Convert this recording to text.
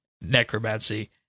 Necromancy